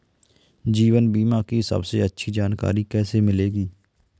जीवन बीमा की सबसे अच्छी जानकारी कैसे मिलेगी?